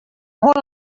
molt